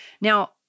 Now